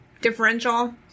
differential